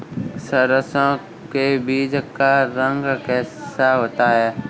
सरसों के बीज का रंग कैसा होता है?